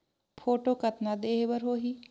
Photo कतना देहें बर होहि?